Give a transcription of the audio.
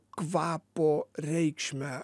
kvapo reikšmę